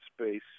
space